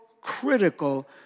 critical